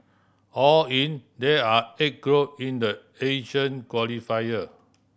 all in there are eight group in the Asian qualifier